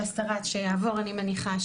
שיעבור אני מניחה,